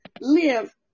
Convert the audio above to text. live